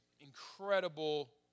incredible